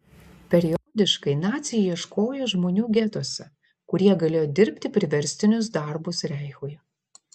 periodiškai naciai ieškojo žmonių getuose kurie galėjo dirbti priverstinius darbus reichui